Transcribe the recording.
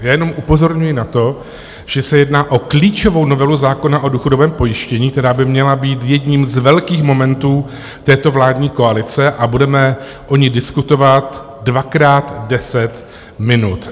Já jenom upozorňuji na to, že se jedná o klíčovou novelu zákona o důchodovém pojištění, která by měla být jedním z velkých momentů této vládní koalice a budeme o ní diskutovat dvakrát 10 minut.